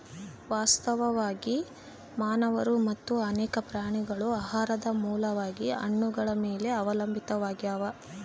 ವಾಸ್ತವವಾಗಿ ಮಾನವರು ಮತ್ತು ಅನೇಕ ಪ್ರಾಣಿಗಳು ಆಹಾರದ ಮೂಲವಾಗಿ ಹಣ್ಣುಗಳ ಮೇಲೆ ಅವಲಂಬಿತಾವಾಗ್ಯಾವ